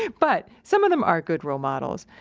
but some of them are good role models.